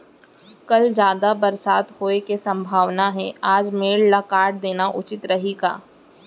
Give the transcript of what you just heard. कल जादा बरसात होये के सम्भावना हे, आज मेड़ ल काट देना उचित रही का?